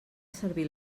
servir